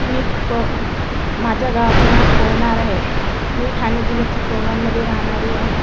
मी पो माझ्या गावाचं नाव पोहनार आहे मी ठाणे जिल्ह्यातील पोहनारमध्ये राहणारी आहे